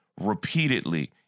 repeatedly